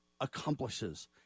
accomplishes